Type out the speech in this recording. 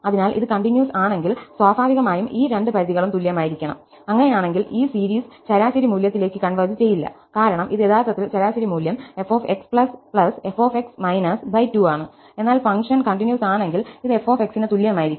അതിനാൽ ഇത് കണ്ടിന്യൂസ് ആണെങ്കിൽ സ്വാഭാവികമായും ഈ രണ്ട് പരിധികളും തുല്യമായിരിക്കണം അങ്ങനെയാണെങ്കിൽ ഈ സീരീസ് ശരാശരി മൂല്യത്തിലേക്ക് കൺവെർജ് ചെയ്യില്ല കാരണം ഇത് യഥാർത്ഥത്തിൽ ശരാശരി മൂല്യം fxf2 ആണ് എന്നാൽ ഫംഗ്ഷൻ കണ്ടിന്യൂസ് ആണെങ്കിൽ ഇത് f ന് തുല്യമായിരിക്കും കൂടാതെ ഇതും f ന് തുല്യമായിരിക്കും